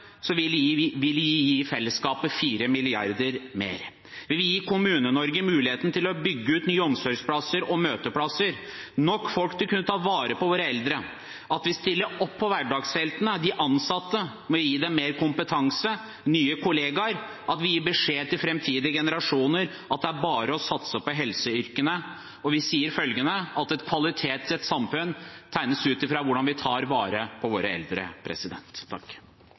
vi gi fellesskapet 4 mrd. kr mer. Vi vil gi Kommune-Norge muligheten til å bygge ut nye omsorgsplasser og møteplasser og nok folk til å kunne ta vare på våre eldre ved at vi stiller opp for hverdagsheltene, de ansatte, ved å gi dem mer kompetanse, nye kollegaer, og ved at vi gir beskjed til framtidige generasjoner om at det er bare å satse på helseyrkene. Og vi sier følgende: Kvaliteten i et samfunn tegnes ut fra hvordan vi tar vare på våre eldre.